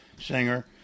singer